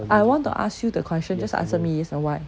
I want to ask you the question just answer me yes and why